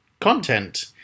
content